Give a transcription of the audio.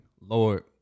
Lord